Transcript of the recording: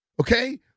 Okay